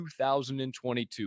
2022